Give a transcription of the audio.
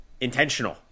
intentional